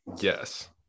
yes